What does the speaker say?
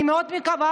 אני מאוד מקווה